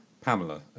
Pamela